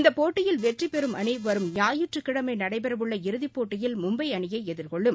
இந்தப் போட்டியில் வெற்றி பெறும் அணி வரும் ஞாயிற்றுக்கிழமை நடைபெறவுள்ள இறுதிப் போட்டியில் மும்பை அணியை எதிர்கொள்ளும்